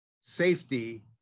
safety